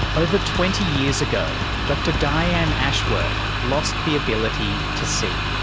over twenty years ago dr dianne ashworth lost the ability to see.